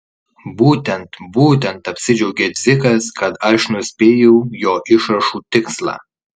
būtent būtent apsidžiaugė dzikas kad aš nuspėjau jo išrašų tikslą